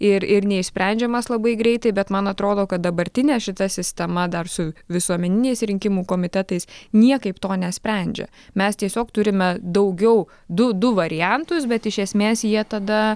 ir ir neišsprendžiamas labai greitai bet man atrodo kad dabartinė šita sistema dar su visuomeniniais rinkimų komitetais niekaip to nesprendžia mes tiesiog turime daugiau du du variantus bet iš esmės jie tada